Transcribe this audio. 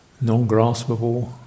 non-graspable